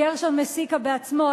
גרשון מסיקה בעצמו,